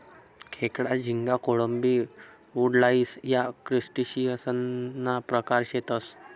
खेकडा, झिंगा, कोळंबी, वुडलाइस या क्रस्टेशियंससना प्रकार शेतसं